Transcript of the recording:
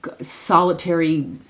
solitary